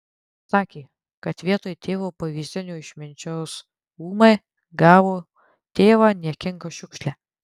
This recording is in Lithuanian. sakė kad vietoj tėvo pavyzdinio išminčiaus ūmai gavo tėvą niekingą šiukšlę